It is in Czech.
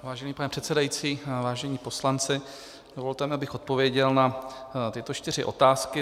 Vážený pane předsedající, vážení poslanci, dovolte mi, abych odpověděl na tyto čtyři otázky.